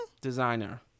Designer